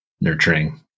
nurturing